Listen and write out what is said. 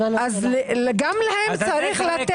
גם להם צריך לתת.